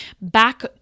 back